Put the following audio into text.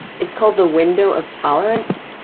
it's called the window of tolerance.